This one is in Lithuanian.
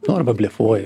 nu arba blefuoja